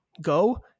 go